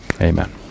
Amen